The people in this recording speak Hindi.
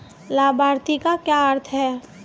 लाभार्थी का क्या अर्थ है?